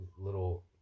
little